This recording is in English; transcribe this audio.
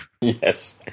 Yes